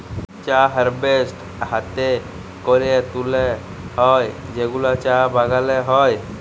চা হারভেস্ট হ্যাতে ক্যরে তুলে হ্যয় যেগুলা চা বাগালে হ্য়য়